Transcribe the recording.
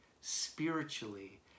spiritually